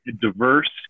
diverse